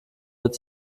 wird